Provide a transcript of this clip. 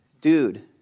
Dude